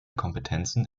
kompetenzen